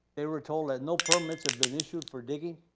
they were told that no permits have been issued for digging.